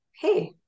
hey